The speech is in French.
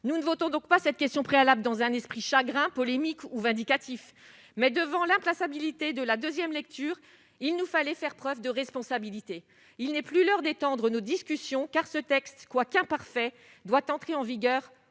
nous ne votons donc pas cette question préalable dans un esprit chagrin polémique ou vindicatif mais devant l'impasse habilité de la deuxième lecture, il nous fallait faire preuve de responsabilité, il n'est plus l'heure d'étendre nos discussions car ce texte quoiqu'imparfait doit entrer en vigueur